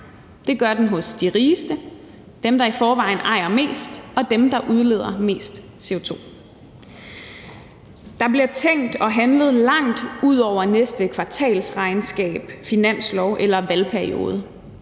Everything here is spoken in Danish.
det gør den hos de rigeste, dem, der i forvejen ejer mest, og dem, der udleder mest CO2. Der bliver tænkt og handlet langt ud over næste kvartalsregnskab, finanslov eller valgperiode.